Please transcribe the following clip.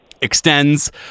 extends